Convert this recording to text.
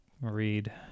read